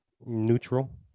Neutral